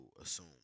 assume